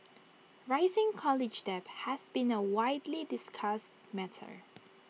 rising college debt has been A widely discussed matter